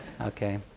Okay